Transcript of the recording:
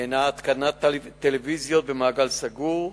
הינה התקנת טלוויזיות במעגל סגור,